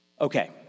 Okay